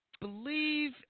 believe